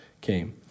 came